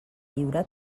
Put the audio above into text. lliure